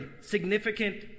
significant